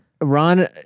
Ron